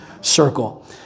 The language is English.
circle